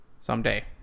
someday